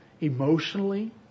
emotionally